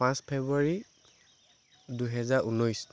পাঁচ ফেব্ৰুৱাৰী দুহেজাৰ ঊনৈছ